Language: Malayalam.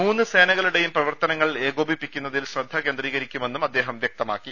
മൂന്ന് സേനകളുടെയും പ്രവർത്തനങ്ങൾ ഏകോപിപ്പിക്കുന്ന തിൽ ശ്രദ്ധ കേന്ദ്രീകരിക്കുമെന്നും അദ്ദേഹം വ്യക്തമാക്കി